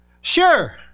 sure